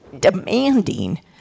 demanding